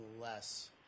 less